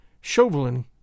Chauvelin